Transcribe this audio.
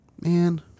Man